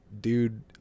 dude